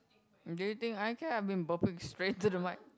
do you think I care I've been burping straight to the mic